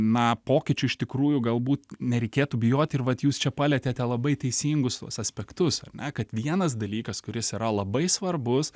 na pokyčių iš tikrųjų galbūt nereikėtų bijoti ir vat jūs čia palietėte labai teisingus tuos aspektus ar ne kad vienas dalykas kuris yra labai svarbus